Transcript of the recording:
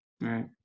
Right